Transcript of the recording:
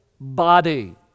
body